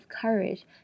courage